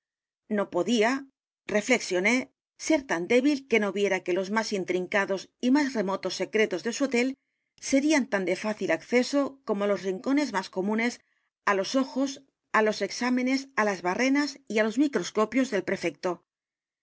no podía reflexioné ser tan débil que no viera que los más intrincados y más remotos secretos de su hotel serían tan de fácil acceso como los rincones m á s comunes á los ojos á los exámenes á las barrenas y álos microscopios del p